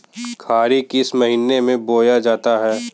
खीरा किस महीने में बोया जाता है?